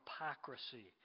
hypocrisy